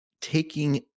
taking